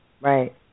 Right